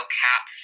cap